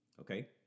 Okay